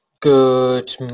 Good